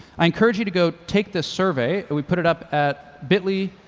i encourage you to go take this survey. we put it up at bit ly,